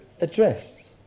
address